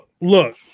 look